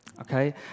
okay